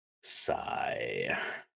Sigh